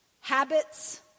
habits